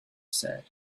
said